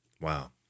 Wow